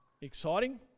exciting